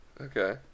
Okay